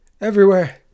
Everywhere